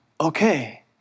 okay